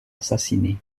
assassinée